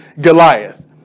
Goliath